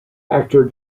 actor